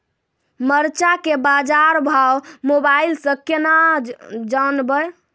मरचा के बाजार भाव मोबाइल से कैनाज जान ब?